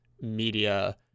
media